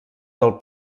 del